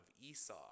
Esau